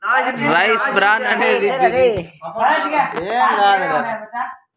rice bran అనేది బియ్యం యొక్క బయటి పొర నుంచి తయారు చేసే నూనె